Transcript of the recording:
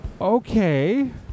Okay